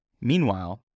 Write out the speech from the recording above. Meanwhile